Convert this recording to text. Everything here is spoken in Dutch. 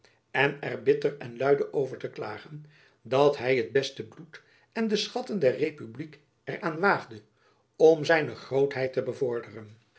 en er bitter en luide over te klagen dat hy het beste bloed en de schatten der republiek er aan waagde om zijne grootheid te bevorderen